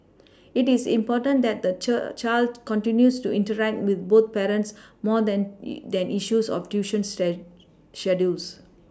it is important that the child continues to interact with both parents more than than issues of tuition schedules